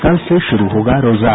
कल से शुरू होगा रोजा